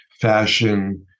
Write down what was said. fashion